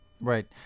Right